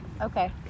Okay